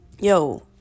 yo